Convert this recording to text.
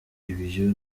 ibyo